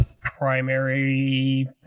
primary